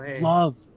love